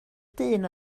dyn